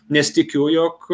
nes tikiu jog